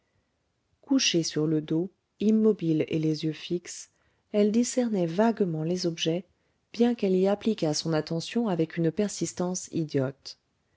couchée sur le dos immobile et les yeux fixes elle discernait vaguement les objets bien qu'elle y appliquât son attention avec une persistance idiote